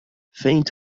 faint